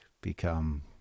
become